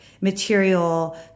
material